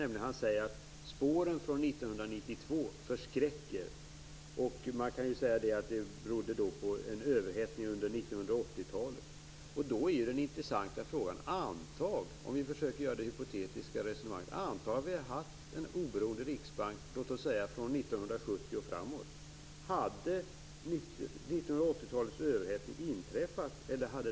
Han säger att spåren från 1992 förskräcker. Man kan säga att det som hände då berodde på en överhettning under 1980-talet. Då är den intressanta frågan: Anta, om vi försöker att föra ett hypotetiskt resonemang, att vi hade haft en oberoende riksbank från låt oss säga 1970 och framåt. Hade 1980-talets överhettning då inträffat eller inte?